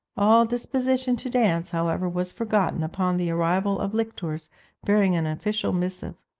all disposition to dance, however, was forgotten upon the arrival of lictors bearing an official missive.